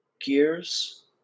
Gears